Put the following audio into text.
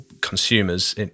consumers